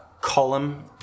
column